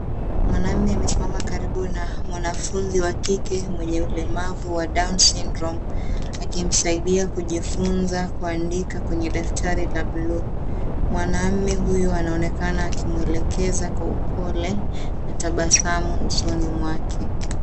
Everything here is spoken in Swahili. Mwanaume amesimama karibu na mwanafunzi wa kike mwenye ulemavu wa Down syndrome akimsaidia kujifunza kuandika kwenye daftari la blue . Mwanaume huyo anaonekana akimwelekeza kwa upole na tabasamu usoni mwake.